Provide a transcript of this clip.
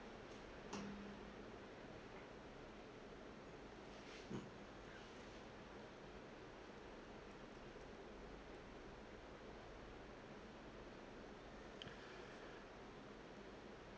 mm